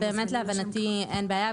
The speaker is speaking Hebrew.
אז באמת להבנתי אין בעיה,